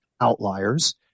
outliers